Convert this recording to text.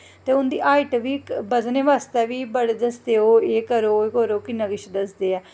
ते उं'दी हाईट बधने बास्तै बी बड़े दसदे एह् करो ओह् करो किन्ना किश दसदे ऐं